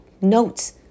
notes